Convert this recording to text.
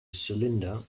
cylinder